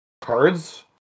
cards